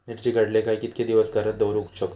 मिर्ची काडले काय कीतके दिवस घरात दवरुक शकतू?